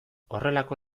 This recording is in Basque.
horrelako